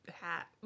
hat